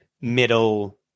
middle